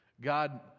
God